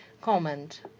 comment